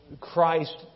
Christ